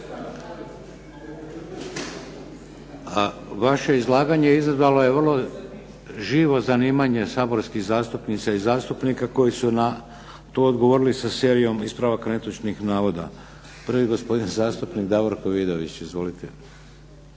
Vaše izlaganje izazvalo je vrlo živo zanimanje saborskih zastupnica i zastupnika koji su na to odgovorili sa serijom ispravaka netočnih navoda. Prvi gospodin zastupnik Davorko Vidović. Izvolite.